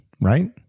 right